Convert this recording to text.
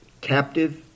captive